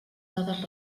dades